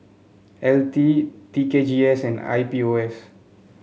L T T K G S and I P O S